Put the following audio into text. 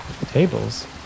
Tables